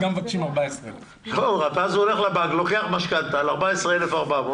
גם לוקחים לו את העבודה וגם מבקשים 14,000 שקל.